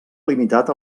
limitat